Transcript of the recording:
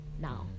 now